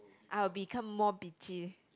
I would become more bitchy